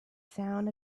sound